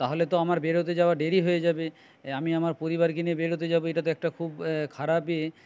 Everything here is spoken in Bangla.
তাহলে তো আমার বেরোতে যাওয়ার দেরি হয়ে যাবে আমি আমার পরিবারকে নিয়ে বেরোতে যাব এটা তো খুব একটা খারাপ ইয়ে